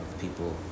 people